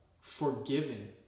forgiven